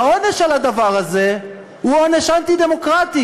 והעונש על הדבר הזה הוא עונש אנטי-דמוקרטי.